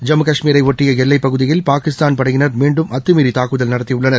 ஜம்மு கஷ்மீரையொட்டியஎல்லைப்பகுதியில் பாகிஸ்தான் படையினர் மீன்டும் அத்துமீறிதாக்குதல் நடத்தியுள்ளன்